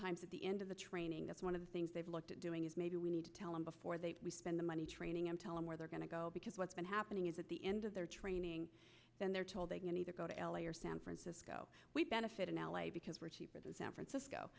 oftentimes at the end of the training that's one of the things they've looked at doing is maybe we need to tell them before they spend the money training and tell them where they're going to go because what's been happening is at the end of their training then they're told they can either go to l a or san francisco we benefit in l a because we're cheaper than san francisco